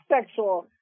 sexual